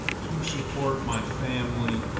to support my family,